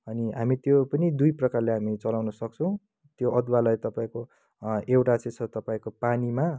हामी त्यो पनि दुई प्रकारले हामी चलाउनसक्छौँ त्यो अदुवालाई तपाईँको एउटा चाहिँ छ तपाईँको पानीमा